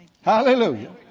Hallelujah